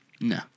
No